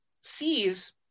sees